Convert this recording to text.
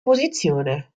posizione